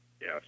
Yes